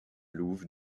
louve